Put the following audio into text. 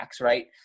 right